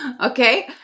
Okay